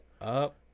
up